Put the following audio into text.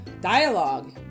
dialogue